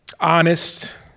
honest